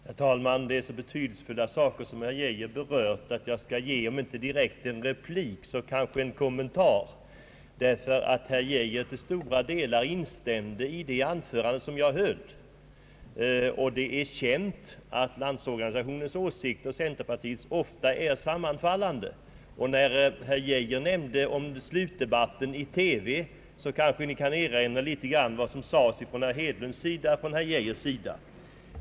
Herr talman! Herr Geijer berörde betydelsefulla saker, och jag skall ge om inte direkt en replik så kanske en kommentar. Herr Geijer instämde nämligen till stora delar i det anförande som jag hållit i dag, och det är känt att Landsorganisationens och centerpartiets åsikter ofta sammanfaller. Eftersom herr Geijer nämnde slutdebatten i TV, kanske jag får erinra om vad herr Hedlund sade vid det tillfället och herr Geijers samstämmighet.